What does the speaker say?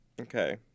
Okay